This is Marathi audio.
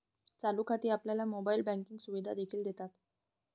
चालू खाती आपल्याला मोबाइल बँकिंग सुविधा देखील देतात